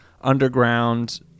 underground